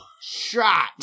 shot